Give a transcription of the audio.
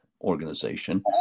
organization